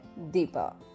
Deepa